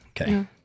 Okay